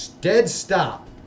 dead-stop